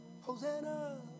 Hosanna